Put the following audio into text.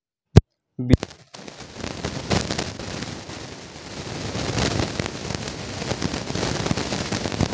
winnowing एगो अइसन प्रक्रिया हइ जिसके द्वारा भूसी को अनाज से अलग होबो हइ